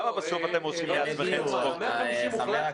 למה בסוף אתם רוצים --- על 150 מיליון הוחלט